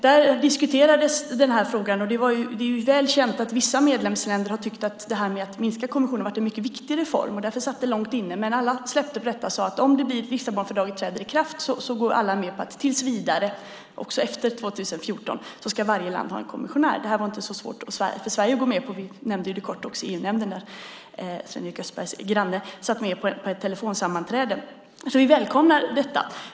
Där diskuteras frågan, och det är väl känt att vissa medlemsländer tyckt att en minskning av kommissionen varit en mycket viktig reform. Därför satt det långt inne, men alla släppte på det, och om Lissabonfördraget träder i kraft går alla med på att varje land tills vidare, även efter 2014, ska ha en kommissionär. Det var inte så svårt för Sverige att gå med på det, vilket vi också kort nämnde i EU-nämnden där Sven-Erik Österbergs bänkgranne deltog i ett telefonsammanträde. Vi välkomnar alltså detta.